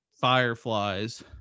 Fireflies